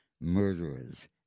murderers